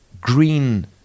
green